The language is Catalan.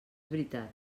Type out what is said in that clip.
veritat